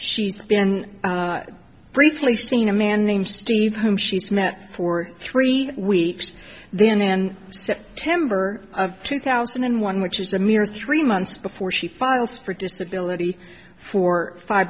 she's been briefly seen a man named steve whom she's met for three weeks then and september of two thousand and one which is a mere three months before she files for disability for fi